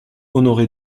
honoré